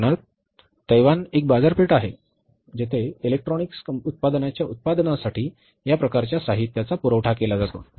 उदाहरणार्थ तैवान एक बाजारपेठ आहे जेथे इलेक्ट्रॉनिक्स उत्पादनांच्या उत्पादनासाठी या प्रकारच्या साहित्याचा पुरवठा केला जातो